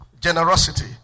generosity